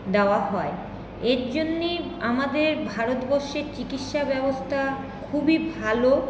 দেওয়া হয় এর জন্যে আমাদের ভারতবর্ষে চিকিৎসা ব্যবস্থা খুবই ভালো